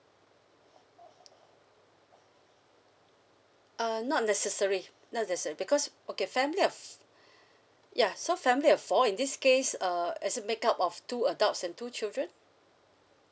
uh not necessary not necessary because okay family of ya so family of four in this case uh is make up of two adults and two children